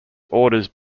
orders